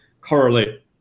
correlate